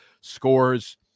Scores